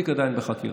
התיק עדיין בחקירה,